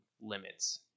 limits